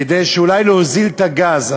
כדי אולי להוזיל את הגז.